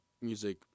music